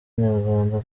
nyarwanda